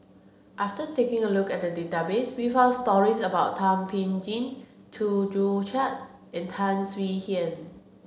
after taking a look at the database we found stories about Thum Ping Tjin Chew Joo Chiat and Tan Swie Hian